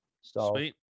Sweet